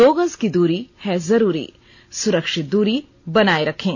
दो गज की दूरी है जरूरी सुरक्षित दूरी बनाए रखें